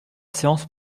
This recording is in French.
séance